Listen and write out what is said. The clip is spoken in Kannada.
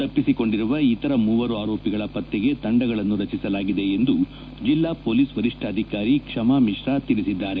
ತಪ್ಪಿಸಿಕೊಂಡಿರುವ ಇತರ ಮೂವರು ಆರೋಪಿಗಳ ಪತ್ತೆಗೆ ತಂಡಗಳನ್ನು ರಚಿಸಲಾಗಿದೆ ಎಂದು ಜಿಲ್ಲಾ ಪೊಲೀಸ್ ವರಿಷ್ಠಾಧಿಕಾರಿ ಕ್ಷಮಾ ಮಿಶ್ರಾ ತಿಳಿಸಿದ್ದಾರೆ